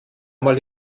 mal